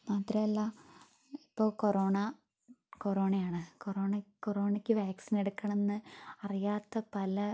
മാത്രല്ല ഇപ്പൊൾ കൊറോണ കൊറോണയാണ് കോറോണക്ക് വാക്സിനെടുക്കണമെന്ന് അറിയാത്ത പല